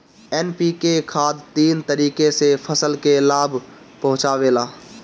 NPK खाद तीन तरीके से फसल के लाभ पहुंचावेला